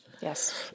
Yes